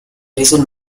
reason